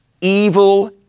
evil